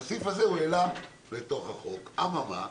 את הסעיף הזה הוא העלה בתוך החוק, א-מה-מה,